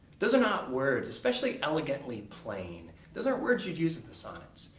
those are not words especially elegantly plain those aren't words you'd use with the sonnets.